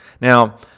Now